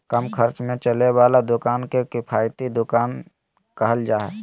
कम खर्च में चले वाला दुकान के किफायती दुकान कहल जा हइ